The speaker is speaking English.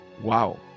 Wow